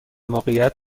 موقعیت